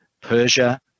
Persia